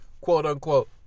quote-unquote